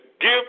give